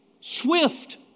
Swift